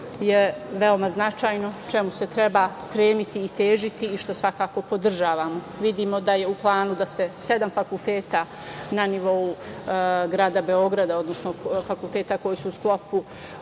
je veoma značajno, čemu se treba stremiti, težiti i što svakako podržavamo. Vidimo da je u planu da se sedam fakulteta na nivou grada Beograda, odnosno fakulteta koji su u sklopu